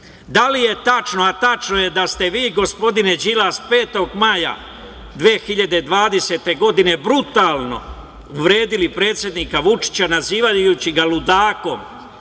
da li je tačno, a tačno je, da ste vi gospodine Đilas 5. maja 2020. godine brutalno uvredili predsednika Vučića, nazivajući ga ludakom